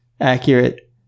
accurate